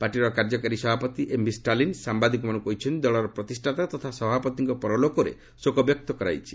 ପାର୍ଟିର କାର୍ଯ୍ୟକାରୀ ସଭାପତି ଏମ୍ଭି ଷ୍ଟାଲିନ୍ ସାମ୍ବାଦିକମାନଙ୍କୁ କହିଛନ୍ତି ଦଳର ପ୍ରତିଷ୍ଠାତା ତଥା ସଭାପତିଙ୍କ ପରଲୋକରେ ଶୋକ ବ୍ୟକ୍ତ କରାଯାଇଛି